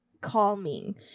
calming